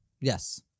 Yes